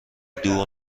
دور